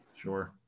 Sure